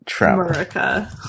America